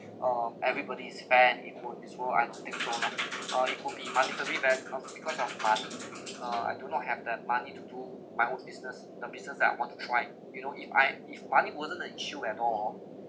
uh everybody is fair and equal in this world I don't think so lah uh it could be especially when because because of money uh I do not have that money to do my own business the business that I want to try you know if I if money wasn't an issue at all